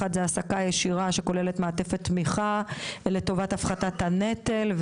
אחד זה העסקה ישירה שכוללת מעטפת תמיכה לטובת הפחתת הנטל,